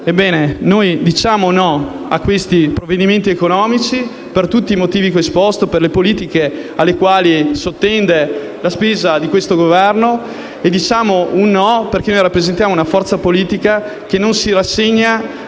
Noi diciamo no a questi provvedimenti economici per tutti i motivi che ho esposto e per le politiche alle quali sottende la spesa di questo Governo. Diciamo no perché rappresentiamo una forza politica che non si rassegna